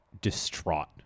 distraught